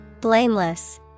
Blameless